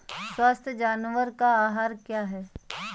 स्वस्थ जानवर का आहार क्या है?